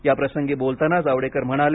याप्रसंगी बोलताना जावडेकर म्हणाले